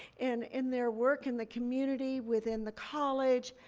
and in their work in the community, within the college,